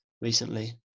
recently